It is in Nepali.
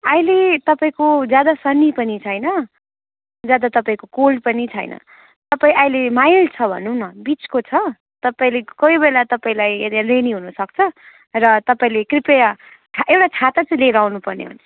अहिले तपाईँको ज्यादा सनी पनि छैन ज्यादा तपाईँको कोल्ड पनि छैन तपाईँ अहिले माइल्ड छ भनौँ न बिचको छ तपाईँले कोही बेला तपाईँलाई यता रेनी हुनसक्छ र तपाईँले कृपया एउटा छाता चाहिँ लिएर आउनुपर्ने हुन्छ